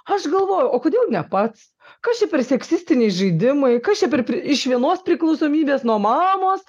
aš galvoju o kodėl ne pats kas čia per seksistiniai žaidimai kas čia per iš vienos priklausomybės nuo mamos